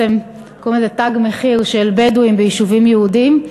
קוראים לזה "תג מחיר" של בדואים ביישובים יהודיים.